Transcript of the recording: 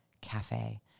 Cafe